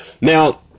Now